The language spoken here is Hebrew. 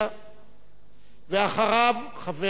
ואחריו, חבר הכנסת